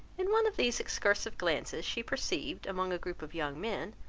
in one of these excursive glances she perceived among a group of young men,